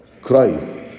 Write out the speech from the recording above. Christ